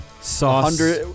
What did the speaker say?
Sauce